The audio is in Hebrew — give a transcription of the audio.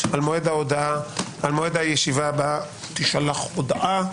על מועד הישיבה הבאה תישלח הודעה.